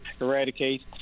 eradicate